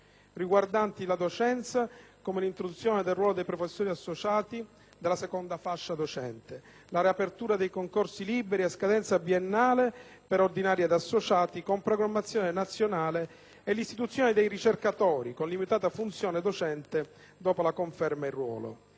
riguardanti la docenza come l'introduzione del ruolo dei professori associati (seconda fascia docente), la riapertura dei concorsi liberi a scadenza biennale per ordinari ed associati, con programmazione nazionale, e l'istituzione dei ricercatori, con limitata funzione docente dopo la conferma in ruolo.